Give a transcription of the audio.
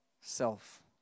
self